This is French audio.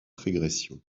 régression